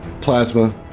plasma